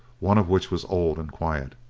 one of which was old and quiet.